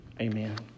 Amen